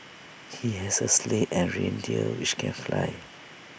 he has A sleigh and reindeer which can fly